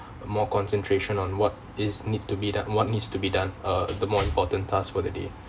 more concentration on what is need to be that one needs to be done uh the more important task for the day